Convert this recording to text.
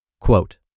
Quote